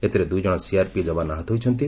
ଏଥିରେ ଦୁଇଜଣ ସିଆର୍ପି ଯବାନ ଆହତ ହୋଇଛନ୍ତି